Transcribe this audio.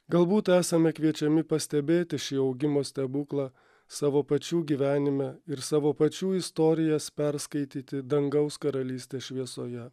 galbūt esame kviečiami pastebėti šį augimo stebuklą savo pačių gyvenime ir savo pačių istorijas perskaityti dangaus karalystės šviesoje